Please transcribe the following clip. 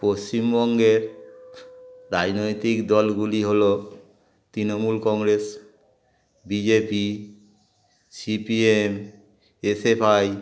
পশ্চিমবঙ্গের রাজনৈতিক দলগুলি হলো Trinamool Congress BJP C P M SFI